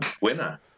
Winner